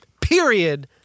Period